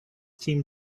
team